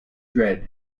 dredd